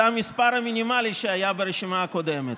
זה המספר המינימלי שהיה ברשימה הקודמת,